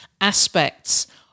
aspects